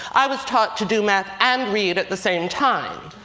i was taught to do math and read at the same time.